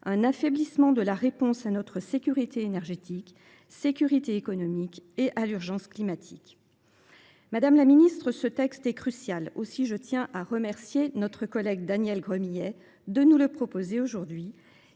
un affaiblissement de la réponse à notre sécurité énergétique et économique et à l’urgence climatique. Madame la ministre, ce texte est crucial. Aussi, je tiens à remercier notre collègue Daniel Gremillet de nous avoir permis d’en